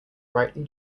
brightly